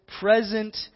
present